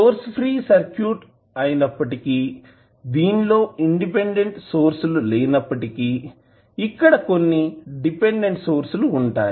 source free circuits అయినప్పటికీ దీనిలో independent source లు లేనప్పటికీ ఇక్కడ కొన్నిడిపెండెంట్ సోర్స్ లు ఉంటాయి